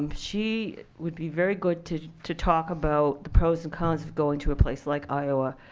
um she would be very good to to talk about the pros and cons of going to a place like iowa.